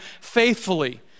faithfully